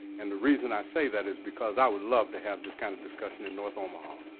and the reason i say that is because i would love to have this kind of discussion in north omaha.